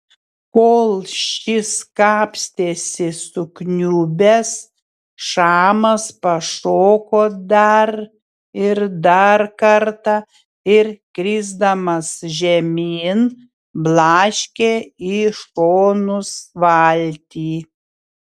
kol šis kapstėsi sukniubęs šamas pašoko dar ir dar kartą ir krisdamas žemyn blaškė į šonus valtį